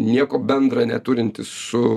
nieko bendra neturintys su